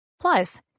Plus